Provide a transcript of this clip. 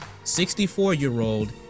64-year-old